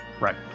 Right